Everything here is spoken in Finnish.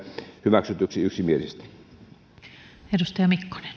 hyväksytyksi yksimielisesti